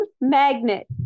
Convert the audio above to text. magnet